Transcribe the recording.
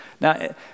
Now